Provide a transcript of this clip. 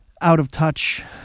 out-of-touch